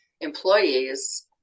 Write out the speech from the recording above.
employees